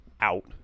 out